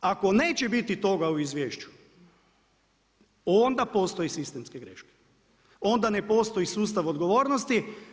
Ako neće biti toga u izvješću onda postoje sistemske greške, onda ne postoji sustav odgovornosti.